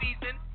season